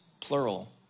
plural